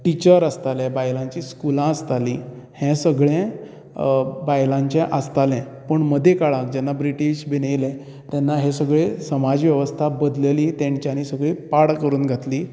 teacher आसताले बायलांची स्कुलां आसताली हे सगळे बायलांचे आसताले पूण मदीं काळांत जेन्ना ब्रिटिश बीन येयले समाज बदलली तेन्ना सगळी पाड करून घातली